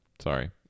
sorry